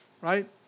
Right